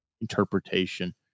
interpretation